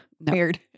weird